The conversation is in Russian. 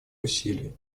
усилий